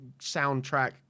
soundtrack